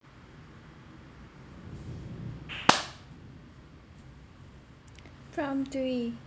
prompt three